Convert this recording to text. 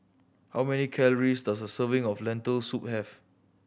how many calories does a serving of Lentil Soup have